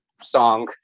song